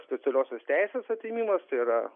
specialiosios teisės atėmimas tai yra